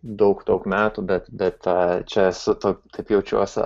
daug daug metų bet bet čia esu taip jaučiuosi